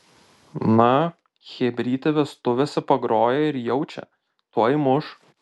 na chebrytė vestuvėse pagrojo ir jaučia tuoj muš